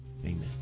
Amen